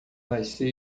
nascer